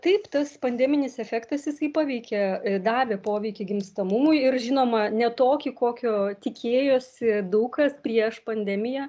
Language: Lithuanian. taip tas pandeminis efektas jisai paveikė davė poveikį gimstamumui ir žinoma ne tokį kokio tikėjosi daug kas prieš pandemiją